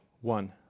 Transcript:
one